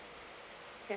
ya